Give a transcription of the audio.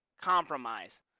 compromise